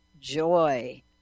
joy